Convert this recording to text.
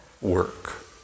work